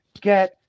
get